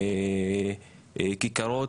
כיכרות,